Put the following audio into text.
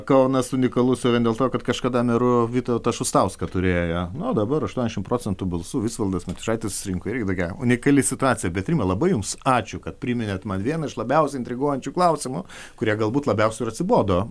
kaunas unikalus vien dėl to kad kažkada meru vytautą šustauską turėjo na o dabar aštuoniasdešimt procentų balsų visvaldas matijošaitis rinko irgi tokia unikali situacija bet rima labai jums ačiū kad priminėt man vieną iš labiausiai intriguojančių klausimų kurie galbūt labiausiai atsibodo